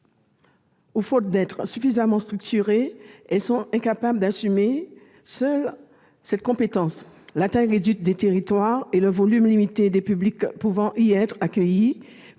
où, faute d'être suffisamment structurées, elles sont incapables d'assumer seules cette compétence. La taille réduite des territoires et le volume limité des publics pouvant y être accueillis